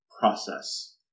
process